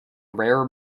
rare